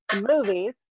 movies